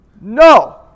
No